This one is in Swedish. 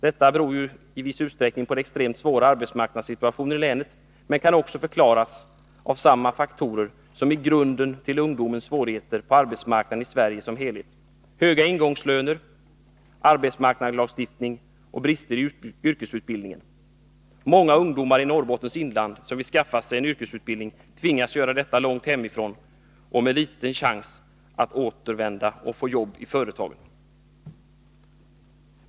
Detta beror i viss utsträckning på den extremt svåra arbetsmarknadssituationen i länet, men det kan också förklaras av samma faktorer som är grunden till ungdomens svårigheter på arbetsmarknaden i Sverige som helhet: höga ingångslöner, arbetsmarknadslagstiftningen och brister i yrkesutbildningen. Många ungdomar i Norrbottens inland som vill skaffa sig en yrkesutbildning tvingas göra detta långt hemifrån och med liten chans att kunna återvända och få jobb i företag på hemorten.